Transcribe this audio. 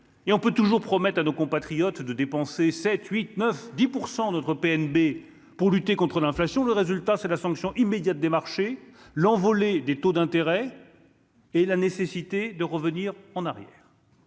et on peut toujours promettre à nos compatriotes de dépenser 7 8 9 10 % de notre PNB pour lutter contre l'inflation, le résultat, c'est la sanction immédiate des marchés, l'envolée des taux d'intérêt et la nécessité de revenir en arrière.